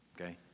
okay